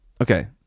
Okay